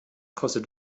kostet